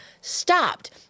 stopped